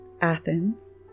athens